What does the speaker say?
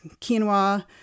quinoa